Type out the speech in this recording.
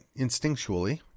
instinctually